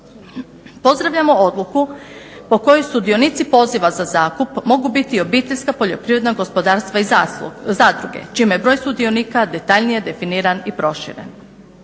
Pozdravljamo odluku po kojoj sudionici poziva za zakup mogu biti obiteljska poljoprivredna gospodarstva i zadruge čime je broj sudionika detaljnije definiran i proširen.